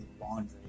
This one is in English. laundry